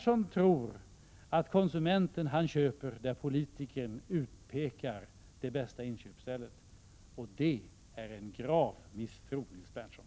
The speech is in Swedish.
I stället tror Nils Berndtson att kunden gör sina inköpi den affär som politikern utpekar som det bästa inköpsstället. Men det är en grav misstro, Nils Berndtson!